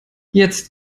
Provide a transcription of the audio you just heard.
jetzt